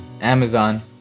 Amazon